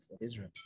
Israel